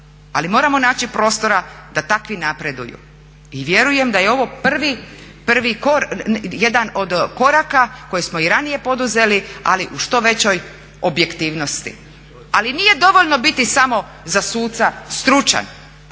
ali moramo naći prostora da takvi napreduju. I vjerujem da je ovo prvi, jedan od koraka koje smo i ranije poduzeli ali u što većoj objektivnosti. Ali nije dovoljno biti samo za suca stručan.